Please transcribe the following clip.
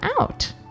out